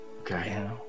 Okay